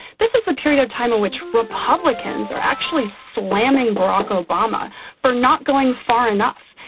this is the period of time in which republicans are actually slamming barack obama for not going far enough.